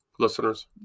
Listeners